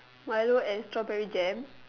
milo and strawberry jam